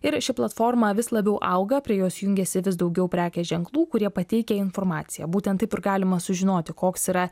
ir ši platforma vis labiau auga prie jos jungiasi vis daugiau prekės ženklų kurie pateikia informaciją būtent taip ir galima sužinoti koks yra